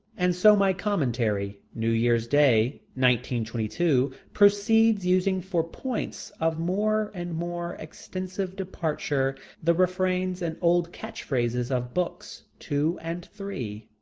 and so my commentary, new year's day, one twenty two, proceeds, using for points of more and more extensive departure the refrains and old catch-phrases of books two and three.